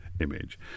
image